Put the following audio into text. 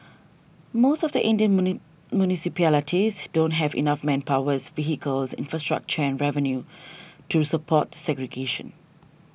most of the Indian municipalities don't have enough manpowers vehicles infrastructure and revenue to support segregation